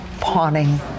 pawning